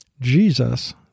Jesus